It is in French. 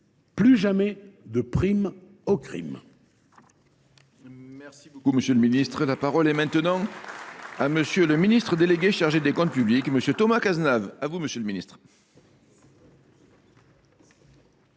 plus jamais, de prime au crime